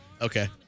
okay